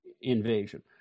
invasion